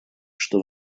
что